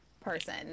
person